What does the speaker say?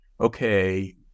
Okay